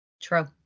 True